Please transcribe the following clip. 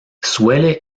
suele